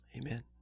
Amen